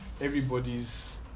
everybody's